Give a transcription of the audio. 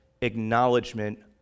acknowledgement